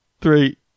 Three